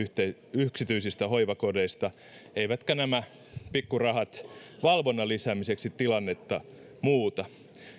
yksityisistä hoivakodeista eivätkä nämä pikkurahat valvonnan lisäämiseksi tilannetta muuta